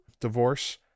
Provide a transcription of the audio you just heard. divorce